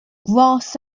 grass